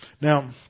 now